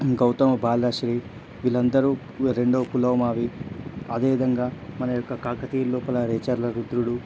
గౌతమ బాలశ్రీ వీళ్ళందరూ రెండో పులోమావి అదే విధంగా మన యొక్క కాకతీయలు లోపల రేచర్ల రుద్రుడు